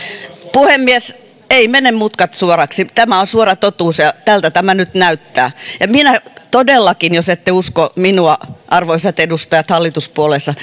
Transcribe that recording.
ei mene mutkat suoraksi tämä on suora totuus ja tältä tämä nyt näyttää todellakin jos ette usko minua arvoisat edustajat hallituspuolueissa